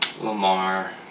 Lamar